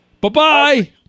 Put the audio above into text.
bye-bye